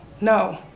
No